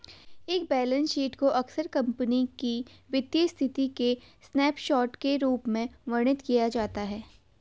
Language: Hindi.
एक बैलेंस शीट को अक्सर कंपनी की वित्तीय स्थिति के स्नैपशॉट के रूप में वर्णित किया जाता है